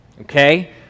okay